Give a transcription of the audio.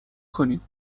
کنیم